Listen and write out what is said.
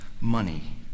money